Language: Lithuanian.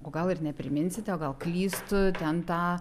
o gal ir nepriminsite o gal klystu ten tą